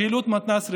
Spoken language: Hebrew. פעילות מתנ"ס רחבה,